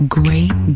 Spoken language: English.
great